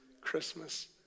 Christmas